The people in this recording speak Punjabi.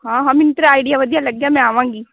ਹਾਂ ਹਾਂ ਮੈਨੂੰ ਤੇਰਾ ਆਈਡੀਆ ਵਧੀਆ ਲੱਗਿਆ ਮੈਂ ਆਵਾਂਗੀ